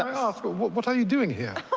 um ask but what what are you doing here?